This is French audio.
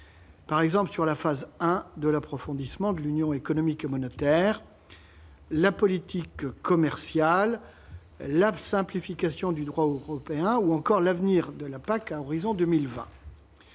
notamment sur la phase I de l'approfondissement de l'Union économique et monétaire, la politique commerciale, la simplification du droit européen ou encore l'avenir de la politique